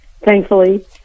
thankfully